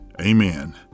Amen